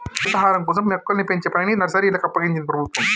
హరితహారం కోసం మొక్కల్ని పెంచే పనిని నర్సరీలకు అప్పగించింది ప్రభుత్వం